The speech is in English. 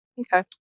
Okay